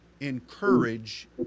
encourage